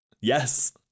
Yes